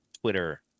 Twitter